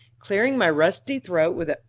clearing my rusty throat with